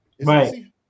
Right